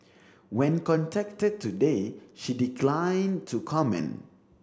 when contacted today she declined to comment